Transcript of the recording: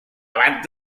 abad